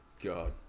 God